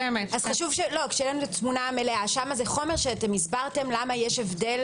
שם זה חומר שהסברתם למה יש הבדל